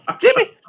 Jimmy